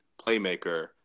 playmaker